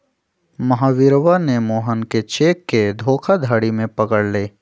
महावीरवा ने मोहन के चेक के धोखाधड़ी में पकड़ लय